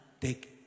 take